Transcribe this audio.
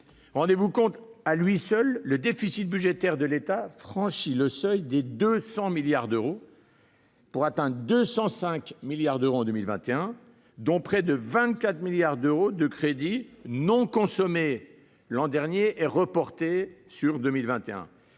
Rendez-vous compte : à lui seul, le déficit budgétaire de l'État franchit le seuil des 200 milliards d'euros, pour atteindre 205 milliards d'euros en 2021, dont près de 24 milliards d'euros de crédits non consommés l'an dernier et reportés sur 2021.